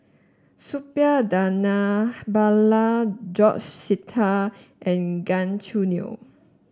Suppiah Dhanabalan George Sita and Gan Choo Neo